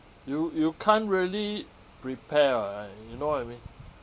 you you can't really prepare ah uh you know what I mean